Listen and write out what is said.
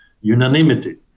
unanimity